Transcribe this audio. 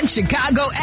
Chicago